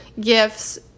gifts